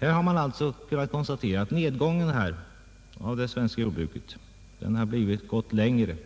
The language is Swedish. Man har alltså kunnat konstatera att nedgången i det svenska jordbruket t.o.m. gått längre